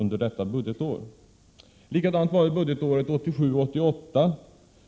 På samma sätt var det budgetåret 1987/88.